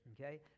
Okay